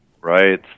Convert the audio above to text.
Right